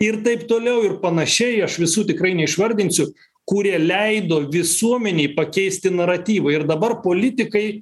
ir taip toliau ir panašiai aš visų tikrai neišvardinsiu kurie leido visuomenei pakeisti naratyvą ir dabar politikai